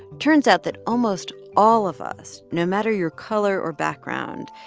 turns out that almost all of us, no matter your color or background,